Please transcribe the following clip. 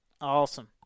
Awesome